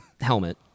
helmet